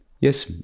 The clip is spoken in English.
yes